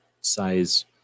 size